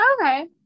Okay